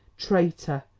traitor!